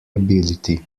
ability